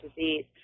disease